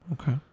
Okay